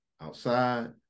outside